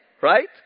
Right